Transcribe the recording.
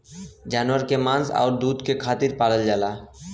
जानवर के मांस आउर दूध के खातिर पालल जाला